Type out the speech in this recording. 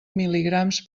mil·ligrams